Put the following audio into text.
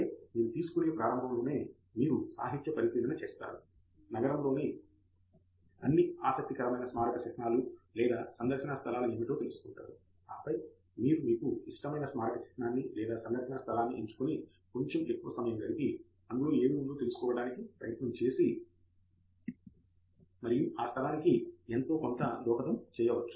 తంగిరాల ఆపై మీరు తీసుకునే ప్రారంభంలోనే మీరు సాహిత్య పరిశీలన చేస్తారు నగరం లోని అన్ని ఆసక్తికరమైన స్మారక చిహ్నాలు లేదా సందర్శనా స్థలాలు ఏమిటో తెలుసుకుంటారు ఆపై మీరు మీకు ఇష్టమైన స్మారక చిహ్నాన్ని లేదా మీ సందర్శనా స్థలాన్ని ఎంచుకొని కొంచెం ఎక్కువ సమయం గడిపి అందులో ఏమి ఉందో తెలుసుకోవడానికి ప్రయత్నం చేసి మరియు ఆ స్థలానికి ఎంతో కొంత దోహదం చేయవచ్చు